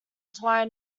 twine